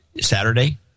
Saturday